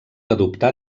adoptar